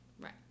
Right